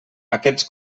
aquests